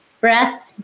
breath